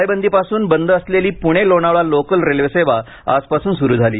टाळेबंदीपासून बंद असलेली पुणे लोणावळा लोकल रेल्वेसेवा आजपासून सुरू झाली